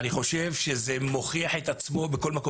אני חושב שזה מוכיח את עצמו בכל מקום.